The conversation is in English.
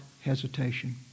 hesitation